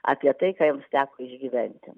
apie tai ką jiems teko išgyventi